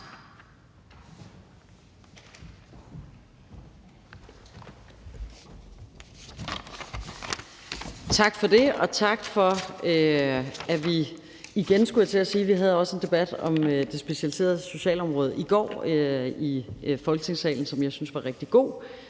Tak for det, og tak for, at vi igen, skulle jeg til at sige – vi havde også en debat om det specialiserede socialområde i går i Folketingssalen, som jeg syntes var rigtig god